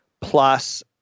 plus